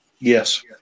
Yes